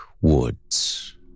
Woods